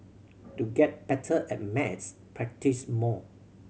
to get better at maths practise more